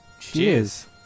Cheers